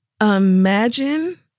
imagine